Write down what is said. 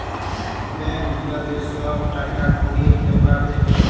bank গুলাতে সব টাকা কুড়ির বেপার দ্যাখে